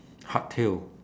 hardtail